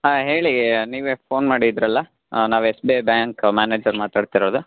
ಹಾಂ ಹೇಳಿ ನೀವೇ ಫೋನ್ ಮಾಡಿದ್ದಿರಲ್ಲ ನಾವು S B I bank manager ಮಾತಾಡ್ತಿರೋದು